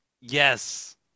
Yes